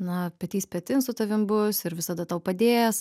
na petys petin su tavim bus ir visada tau padės